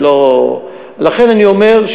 לכן אני אומר,